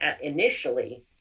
initially